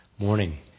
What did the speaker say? Morning